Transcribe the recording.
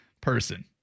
person